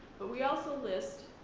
but we also list,